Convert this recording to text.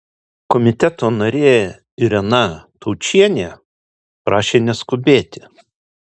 komiteto narė irena taučienė prašė neskubėti